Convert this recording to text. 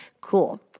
cool